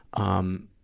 um,